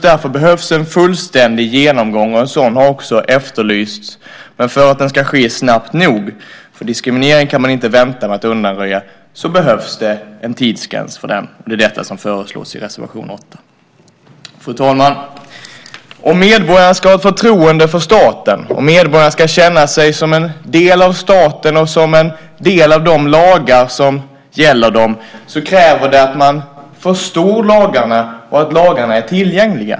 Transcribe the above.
Därför behövs en fullständig genomgång, och en sådan har också efterlysts. Men för att det ska ske snabbt nog, för diskriminering kan man inte vänta med att undanröja, behövs en tidsgräns, vilket föreslås i reservation 8. Fru talman! Om medborgarna ska ha ett förtroende för staten, om medborgarna ska kunna känna sig som en del av staten och som en del av de lagar som gäller dem, måste de förstå lagarna och lagarna måste vara tillgängliga.